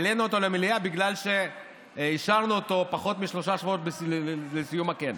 העלינו אותו למליאה בגלל שאישרנו אותו פחות משלושה שבועות לסיום הכנס.